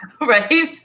right